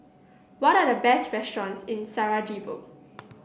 what are the best restaurants in Sarajevo